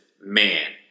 man